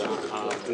עם